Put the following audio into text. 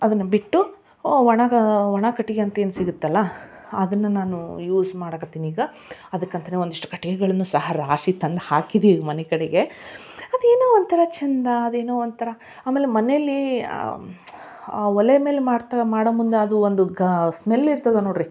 ಅದನ್ನು ಬಿಟ್ಟು ಒಣಗ ಒಣ ಕಟ್ಟಿಗೆ ಅಂತ ಏನು ಸಿಗುತ್ತಲ್ಲ ಅದನ್ನು ನಾನೂ ಯೂಸ್ ಮಾಡೋಕತ್ತೀನಿ ಈಗ ಅದಕ್ಕೆ ಅಂತಾನೆ ಒಂದಿಷ್ಟು ಕಟ್ಟಿಗೆಗಳನ್ನು ಸಹ ರಾಶಿ ತಂದು ಹಾಕಿದೀವಿ ಮನೆಕಡೆಗೆ ಅದೇನೋ ಒಂಥರ ಚಂದ ಅದೇನೊ ಒಂಥರ ಆಮೇಲೆ ಮನೆಯಲ್ಲೀ ಆ ಒಲೆ ಮೇಲೆ ಮಾಡ್ತಾ ಮಾಡೋ ಮುಂದೆ ಅದು ಒಂದು ಗಾ ಸ್ಮೆಲ್ ಇರ್ತದೆ ನೋಡ್ರಿ